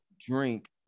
drink